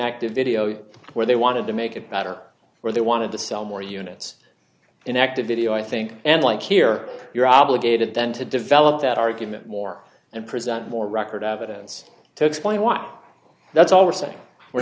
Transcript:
active video where they wanted to make it better or they wanted to sell more units in activity i think and like here you're obligated then to develop that argument more and present more record evidence to explain why that's all we're